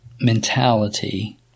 mentality